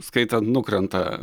skaitant nukrenta